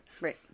Right